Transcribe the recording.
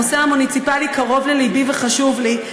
הנושא המוניציפלי קרוב ללבי וחשוב לי.